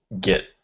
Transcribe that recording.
get